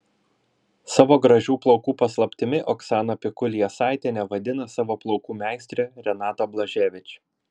savo gražių plaukų paslaptimi oksana pikul jasaitienė vadina savo plaukų meistrę renatą blaževič